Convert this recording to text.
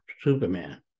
Superman